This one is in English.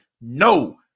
No